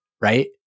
Right